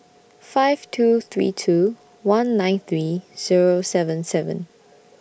five two three two one nine three Zero seven seven